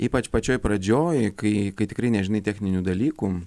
ypač pačioj pradžioj kai kai tikrai nežinai techninių dalykų